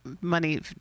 money